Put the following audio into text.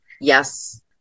Yes